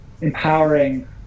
empowering